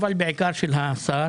אבל בעיקר של השר